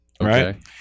Right